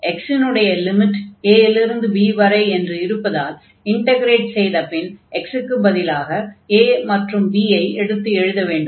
x ன்னுடைய limit a இலிருந்து b வரை என்று இருப்பதால் இன்டக்ரேட் செய்தபின் x க்குப் பதிலாக a மற்றும் b ஐ எடுத்து எழுத வேண்டும்